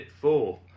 four